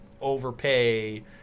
overpay